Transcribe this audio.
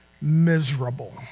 miserable